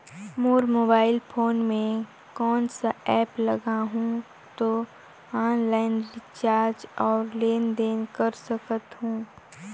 मोर mobile phone मे कोन सा एप्प लगा हूं तो ऑनलाइन रिचार्ज और लेन देन कर सकत हू?